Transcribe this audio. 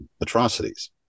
atrocities